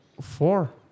four